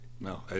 No